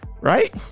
right